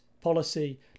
policy